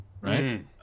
right